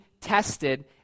tested